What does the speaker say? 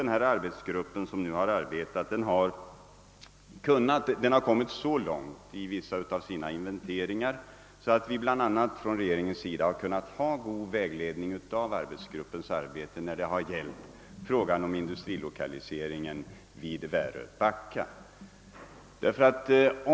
Arbetsgruppen har kommit så långt i vissa av sina inventeringar att regeringen bl.a. haft god vägledning av dess arbete när det gällt frågan om industrilokaliseringen vid Väröbacka.